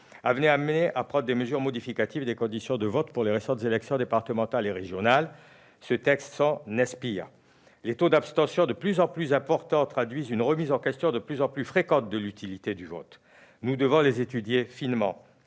avaient amené à prendre des mesures modificatives des conditions de vote pour les récentes élections départementales et régionales. Ce texte s'en inspire. Les taux d'abstention de plus en plus importants traduisent une remise en question de l'utilité du vote. Nous devons les étudier finement.